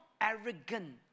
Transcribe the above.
arrogant